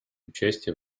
участие